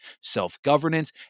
self-governance